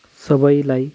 सबैलाई